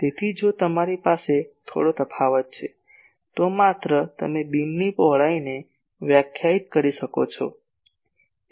તેથી જો તમારી પાસે થોડો તફાવત છે તો માત્ર તમે બીમની પહોળાઈને વ્યાખ્યાયિત કરી શકો છો